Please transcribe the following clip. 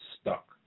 stuck